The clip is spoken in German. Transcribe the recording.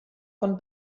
von